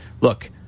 look